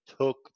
took